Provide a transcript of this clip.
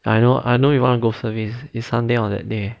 I know I know you want go service is sunday on that day